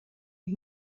mis